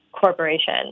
corporation